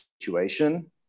situation